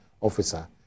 officer